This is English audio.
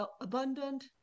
abundant